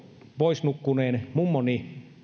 pois nukkuneen mummoni